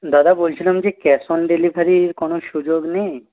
দাদা বলছিলাম যে ক্যাশ অন ডেলিভারির কোন সুযোগ নেই